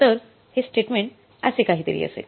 तर हे स्टेटमेंट असे काहीतरी असेल